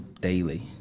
daily